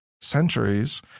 centuries